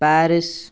Paris